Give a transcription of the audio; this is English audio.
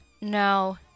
No